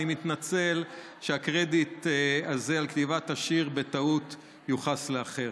אני מתנצל שהקרדיט הזה על כתיבת השיר בטעות יוחס לאחר.